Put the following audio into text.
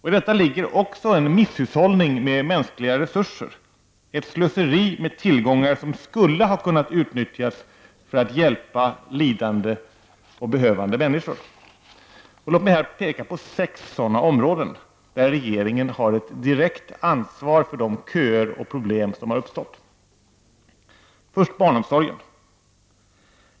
I detta ligger också en misshushållning med mänskliga resurser, ett slöseri med tillgångar som skulle kunna ha utnyttjats för att hjälpa lidande och behövande människor. Låt mig peka på sex sådana områden, där regeringen har ett direkt ansvar för de köer och problem som har uppstått. 1. Först barnomsorgen.